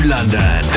London